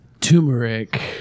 Turmeric